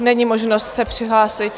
Není možnost se přihlásit.